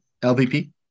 LVP